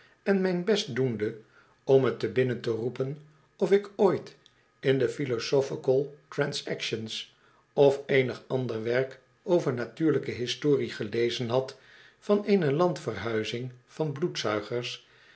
en mijn best doende om me te binnen te roepen of ik ooit in de philosophical transactions of eenig ander werk over natuurlijke historie gelezen had vaneene landverhuizing van bloedzuigers